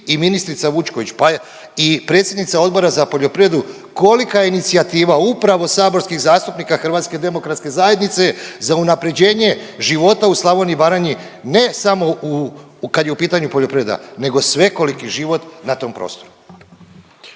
i ministrica Vučković pa i predsjednica Odbora za poljoprivredu kolika inicijativa upravo saborskih zastupnika HDZ-a za unaprjeđenje života upravo Slavoniji, Baranji ne samo u kad je u pitanju poljoprivreda nego svekoliki život na tom prostoru.